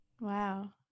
Wow